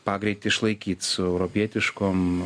pagreitį išlaikyt su europietiškom